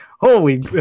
Holy